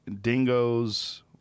dingoes